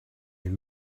you